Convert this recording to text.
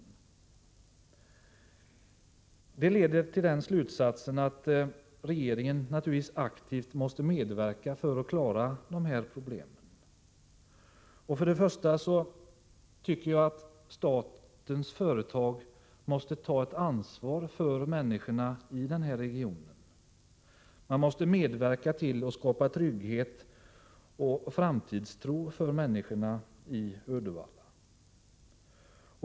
Detta leder till slutsatsen att regeringen aktivt måste medverka till att lösa de här problemen. För det första måste statens företag ta ett ansvar för dem som bor i den här regionen. Man måste medverka till att skapa trygghet och framtidstro för människorna i Uddevalla.